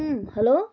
hello